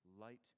light